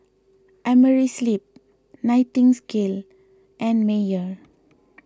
Amerisleep Nightingale and Mayer